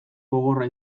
gogorra